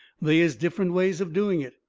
they is different ways of doing it.